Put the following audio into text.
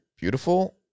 beautiful